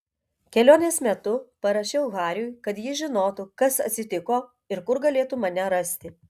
kelionės metu parašiau hariui kad jis žinotų kas atsitiko ir kur galėtų mane rasti